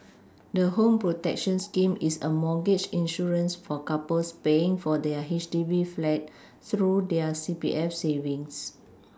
the home protection scheme is a mortgage insurance for couples paying for their H D B flat through their C P F savings